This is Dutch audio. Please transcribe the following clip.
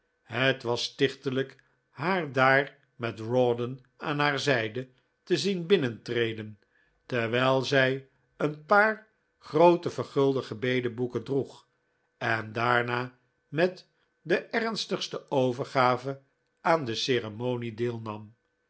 het was stichtelijk haar daar met rawdon aan haar zijde te zien binnentreden terwijl zij een paar groote vergulde gebedenboeken droeg en daarna met de ernstigste overgave aan de ceremonie deelnam